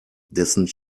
dessen